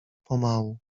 pomału